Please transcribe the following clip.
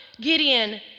Gideon